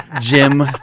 Jim